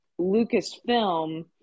Lucasfilm